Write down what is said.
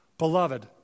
Beloved